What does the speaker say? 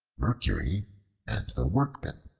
mercury and the workmen